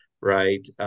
right